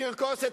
תרכוס,